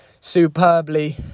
superbly